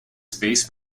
space